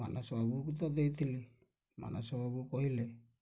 ମାନସ ବାବୁକୁ ତ ଦେଇଥିଲି ମାନସ ବାବୁ କହିଲେ